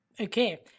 Okay